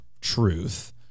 truth